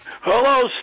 Hello